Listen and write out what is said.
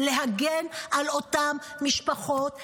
הם להגן על אותן משפחות,